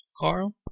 Carl